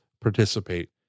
participate